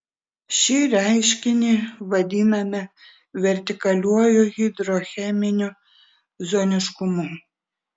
šį reiškinį vadiname vertikaliuoju hidrocheminiu zoniškumu